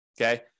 Okay